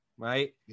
Right